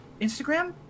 Instagram